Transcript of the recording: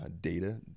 data